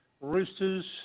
roosters